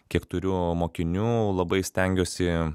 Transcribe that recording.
kiek turiu mokinių labai stengiuosi